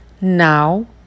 Now